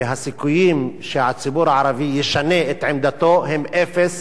ושהסיכויים שהציבור הערבי ישנה את עמדתו הם אפס,